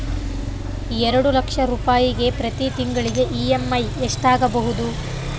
ಎರಡು ಲಕ್ಷ ರೂಪಾಯಿಗೆ ಪ್ರತಿ ತಿಂಗಳಿಗೆ ಇ.ಎಮ್.ಐ ಎಷ್ಟಾಗಬಹುದು?